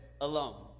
alone